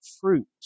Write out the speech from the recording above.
fruit